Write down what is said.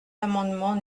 l’amendement